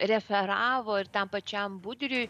referavo ir tam pačiam budriui